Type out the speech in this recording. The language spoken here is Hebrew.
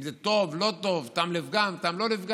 אם זה טוב, לא טוב, טעם לפגם, טעם לא לפגם,